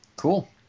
cool